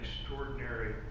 extraordinary